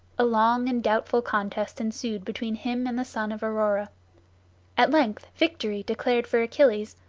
a long and doubtful contest ensued between him and the son of aurora at length victory declared for achilles,